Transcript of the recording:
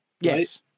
yes